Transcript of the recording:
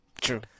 True